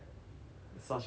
such a bad system